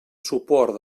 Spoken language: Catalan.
suport